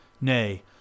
nay